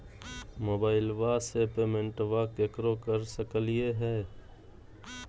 मोबाइलबा से पेमेंटबा केकरो कर सकलिए है?